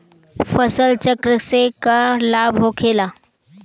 फसल चक्र से का लाभ होखेला?